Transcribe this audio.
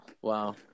Wow